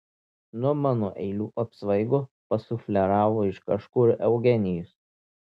nuo mano eilių apsvaigo pasufleravo iš kažkur eugenijus